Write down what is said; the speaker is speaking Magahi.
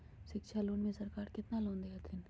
शिक्षा लोन में सरकार केतना लोन दे हथिन?